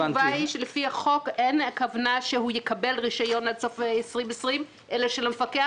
לפי החוק אין כוונה שהוא יקבל רישיון עד סוף 2020 אלא שלמפקח